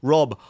Rob